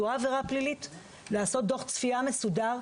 לעשות דוח צפייה מסודר.